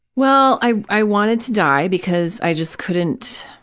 well, i i wanted to die because i just couldn't,